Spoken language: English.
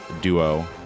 duo